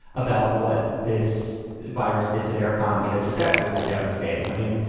about what this virus did to their economy. that's just absolutely devastating. i mean,